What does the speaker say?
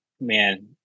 man